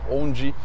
onde